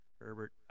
Herbert